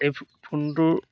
এই ফোনটোৰ